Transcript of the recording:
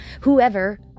whoever